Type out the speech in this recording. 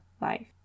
life